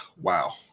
wow